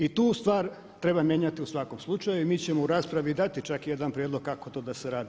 I tu stvar treba mijenjati u svakom slučaju i mi ćemo u raspravi i dati čak jedan prijedlog kako to da se radi.